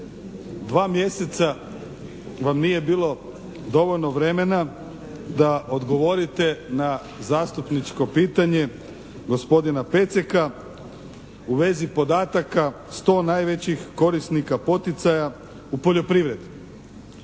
dva mjeseca vam nije bilo dovoljno vremena da odgovorite na zastupničko pitanje gospodina Peceka u vezi podataka sto najvećih korisnika poticaja u poljoprivredi.